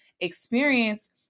experience